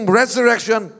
resurrection